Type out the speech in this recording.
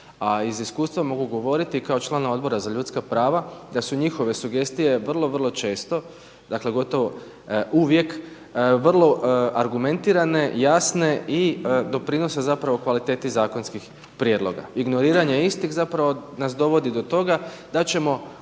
a iz iskustva mogu govoriti kao član Odbora za ljudska prava da su njihove sugestije vrlo, vrlo često dakle gotovo uvijek vrlo argumentirane, jasne i doprinose zapravo kvaliteti zakonskih prijedloga. Ignoriranje istih zapravo nas dovodi do toga da ćemo